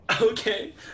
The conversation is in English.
Okay